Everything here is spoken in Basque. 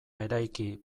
eraiki